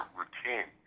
routine